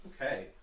Okay